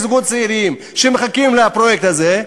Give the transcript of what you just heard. זוגות צעירים שמחכים לפרויקט הזה.